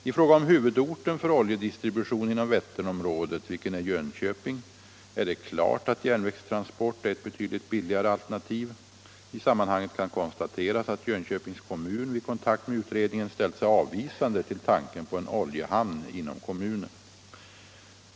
I fråga om huvudorten för oljedistribution inom Vätterområdet, vilken är Jönköping, är det klart att järnvägstransport är ett betydligt billigare alternativ. I sammanhanget kan konstateras att Jönköpings kommun vid kontakt med utredningen ställt sig avvisande till tanken på en oljehamn inom kommunen.